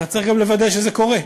אתה צריך גם לוודא שזה קורה.